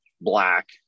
black